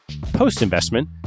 Post-investment